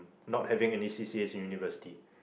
not having any C_C_A in university